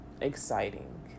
exciting